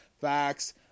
facts